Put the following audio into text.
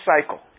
cycle